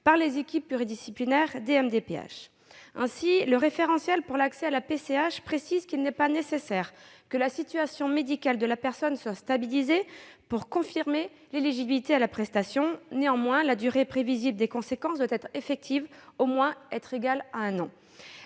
personnes handicapées, les MDPH. Ainsi, le référentiel pour l'accès à la PCH précise qu'il n'est pas nécessaire que la situation médicale de la personne soit stabilisée pour confirmer l'éligibilité à la prestation. Néanmoins, la durée prévisible des conséquences doit effectivement au moins être égale à un an.